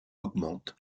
augmente